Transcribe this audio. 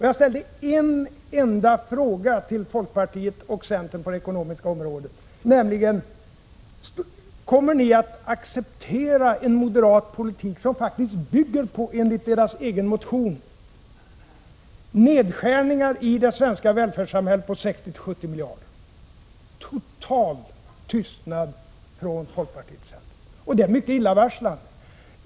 Jag ställde en enda fråga till folkpartiet och centern på det ekonomiska området, nämligen: Kommer ni att acceptera en moderat politik som faktiskt bygger på, enligt moderaternas egen motion, nedskärningar i det svenska välfärdssamhället på 60-70 miljarder? Total tystnad från folkpartiet och centern! Det är mycket illavarslande.